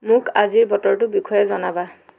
মোক আজিৰ বতৰটোৰ বিষয়ে জানাবা